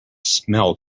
smell